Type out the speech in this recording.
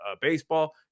Baseball